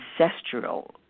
ancestral